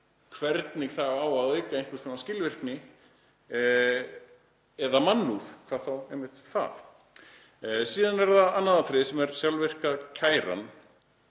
hvernig það á að auka einhvers konar skilvirkni eða mannúð, hvað þá einmitt það. Síðan er það annað atriði sem er sjálfvirka kæran,